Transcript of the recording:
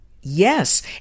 Yes